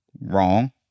Wrong